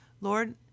Lord